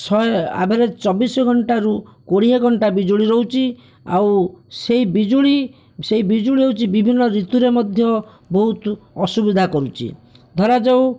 ଶହେ ଆଭରେଜ ଚବିଶି ଘଣ୍ଟା ରୁ କୋଡ଼ିଏ ଘଣ୍ଟା ବିଜୁଳି ରହୁଛି ଆଉ ସେହି ବିଜୁଳି ସେହି ବିଜୁଳି ହେଉଛି ବିଭିନ୍ନ ଋତୁରେ ମଧ୍ୟ ବହୁତ ଅସୁବିଧା କରୁଛି ଧରାଯାଉ